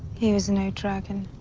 he was no dragon.